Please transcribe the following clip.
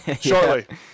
shortly